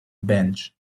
bench